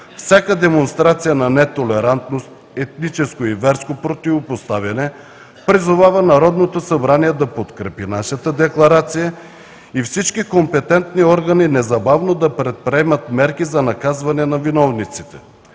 всяка демонстрация на нетолерантност, етническо и верско противопоставяне, призовава Народното събрание да подкрепи нашата декларация и всички компетентни органи незабавно да предприемат мерки за наказване на виновниците.